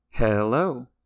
Hello